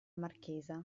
marchesa